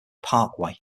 parkway